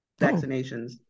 vaccinations